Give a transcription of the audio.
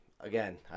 again